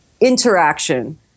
interaction